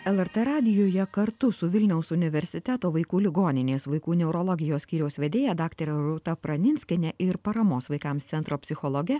lrt radijuje kartu su vilniaus universiteto vaikų ligoninės vaikų neurologijos skyriaus vedėja daktare rūta praninskiene ir paramos vaikams centro psichologe